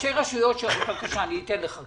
ראשי רשויות, אתן גם לכם.